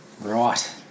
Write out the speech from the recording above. Right